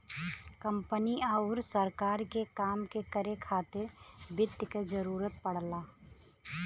company आउर सरकार के काम के करे खातिर वित्त क जरूरत पड़ला